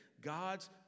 God's